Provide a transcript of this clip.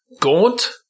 gaunt